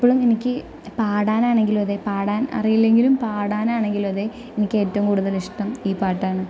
ഇപ്പളും എനിക്ക് പാടാൻ ആണെങ്കിലും അതേ പാടാൻ അറിയില്ലെങ്കിലും പാടാൻ ആണെങ്കിലും അതേ എനിക്ക് ഏറ്റവും കൂടുതൽ ഇഷ്ടം ഈ പാട്ടാണ്